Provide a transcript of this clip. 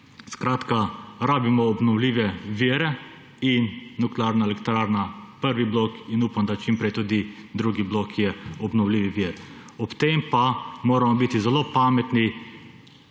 Skratka, rabimo obnovljive vire in nuklearno elektrarno prvi blok in upam, da čim prej tudi drugi blok, ki je obnovljivi vir. Ob tem pa moramo biti zelo pametni,